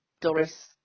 doris